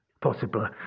possible